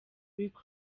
rick